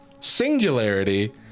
singularity